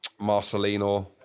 Marcelino